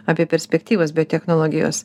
apie perspektyvas biotechnologijos